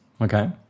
okay